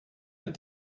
that